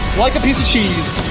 like a piece of cheese